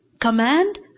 command